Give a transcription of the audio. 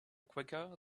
quicker